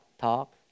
talk